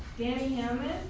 danny hammond.